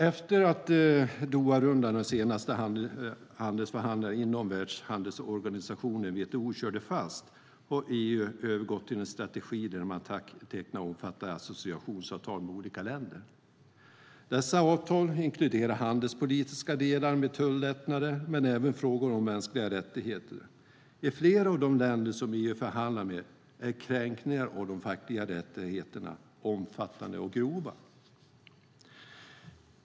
Efter att Doharundan, alltså de senaste handelsförhandlingarna inom Världshandelsorganisationen, WTO, körde fast har EU övergått till en strategi där man tecknar omfattande associationsavtal med olika länder. Dessa avtal inkluderar handelspolitiska delar med tullättnader men även frågor om mänskliga rättigheter. I flera av de länder som EU förhandlar med är kränkningarna av de fackliga rättigheterna omfattande och grova.